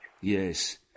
Yes